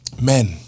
Men